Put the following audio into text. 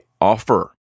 offer